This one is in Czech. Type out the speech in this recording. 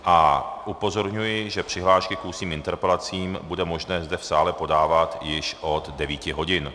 A upozorňuji, že přihlášky k ústním interpelacím bude možné zde v sále podávat již od devíti hodin.